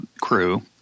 crew